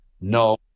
No